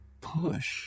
Push